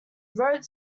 wrote